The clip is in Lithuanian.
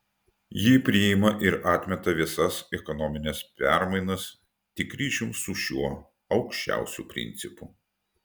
ji priima ar atmeta visas ekonomines permainas tik ryšium su šiuo aukščiausiu principu